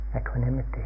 equanimity